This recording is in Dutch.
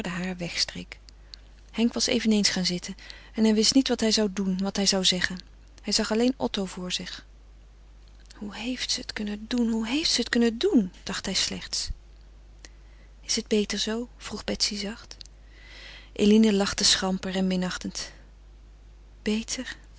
haar wegstreek henk was eveneens gaan zitten en hij wist niet wat hij zou doen wat hij zou zeggen hij zag alleen otto voor zich hoe heeft ze het kunnen doen hoe heeft ze het kunnen doen dacht hij slechts is het zoo beter vroeg betsy zacht eline lachte schamper en minachtend beter